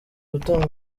gutanga